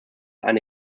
eine